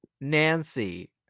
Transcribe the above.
Nancy